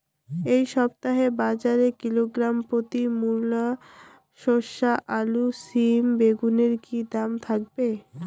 এই সপ্তাহে বাজারে কিলোগ্রাম প্রতি মূলা শসা আলু সিম বেগুনের কী দাম থাকবে?